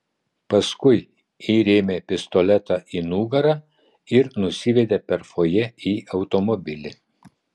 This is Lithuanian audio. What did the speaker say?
paskui įrėmė pistoletą į nugarą ir nusivedė per fojė į automobilį